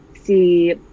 see